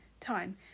time